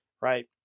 right